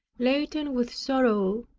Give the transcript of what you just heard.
laden with sorrow,